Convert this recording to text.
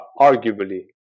arguably